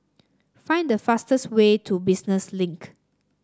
find the fastest way to Business Link